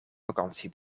vakantie